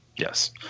yes